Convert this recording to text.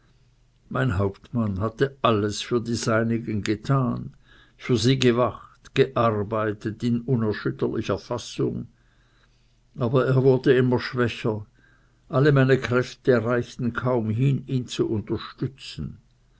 mein hauptmann hatte alles für die seinigen getan für sie gewacht gearbeitet in unerschütterlicher fassung aber er wurde immer schwächer alle meine kräfte reichten kaum hin ihn zu unterstützen